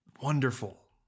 wonderful